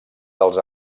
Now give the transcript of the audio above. dels